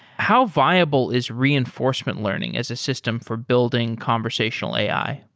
how viable is reinforcement learning as a system for building conversational ai?